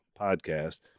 podcast